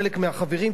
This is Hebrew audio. חלק מהחברים,